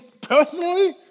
personally